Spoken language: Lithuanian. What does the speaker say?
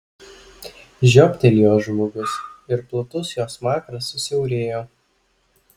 žiobtelėjo žmogus ir platus jo smakras susiaurėjo